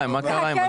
אתה